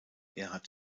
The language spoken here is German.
erhard